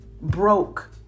broke